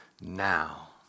now